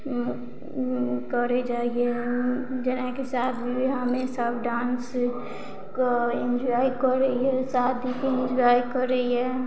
करै जाइए जेनाकि शादी हमे सभ डांस कऽ इन्जॉय करैया शादीके इन्जॉय करैया